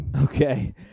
Okay